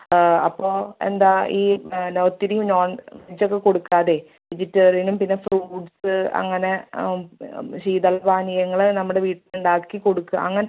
അപ്പോൾ എന്താ ഈ എന്നാൽ ഒത്തിരി നോൺ വെജ്ജൊക്കെ കൊടുക്കാതെ വെജിറ്റേറിയനും പിന്നെ ഫ്രൂട്സ്സ് അങ്ങനെ ശീതള പാനീയങ്ങൾ നമ്മുടെ വീട്ടിലുണ്ടാക്കി കൊടുക്കുക അങ്ങനെ